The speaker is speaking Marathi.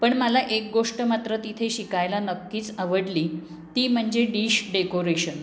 पण मला एक गोष्ट मात्र तिथे शिकायला नक्कीच आवडली ती म्हणजे डिश डेकोरेशन